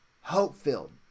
Hope-filled